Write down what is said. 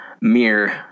Mirror